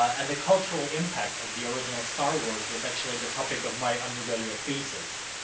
and the cultural impact of the original star wars was actually the topic of my undergraduate thesis.